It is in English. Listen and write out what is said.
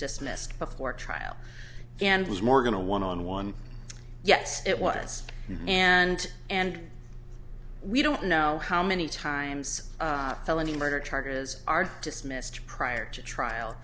dismissed before trial and was more going to one on one yes it was and and we don't know how many times felony murder charges are dismissed prior to trial